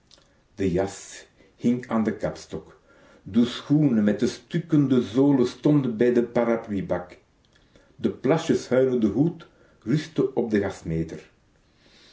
de jas hing aan den kapstok de schoenen met de stukkende zolen stonden bij den parapluiebak de plasjes huilende hoed rustte op